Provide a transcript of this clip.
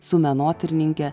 su menotyrininke